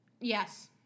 Yes